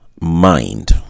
mind